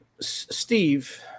Steve